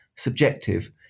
subjective